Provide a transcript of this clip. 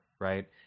right